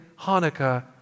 Hanukkah